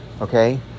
okay